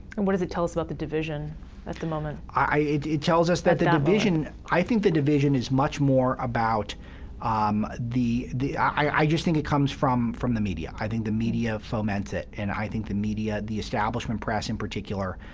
and what does it tell us about the division at the moment? it it tells us that the division i think the division is much more about um the the i just think it comes from from the media. i think the media foments it. and i think the media, the establishment press in particular,